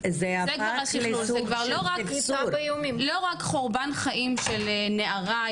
זה כבר לא חורבן חיים של נערה,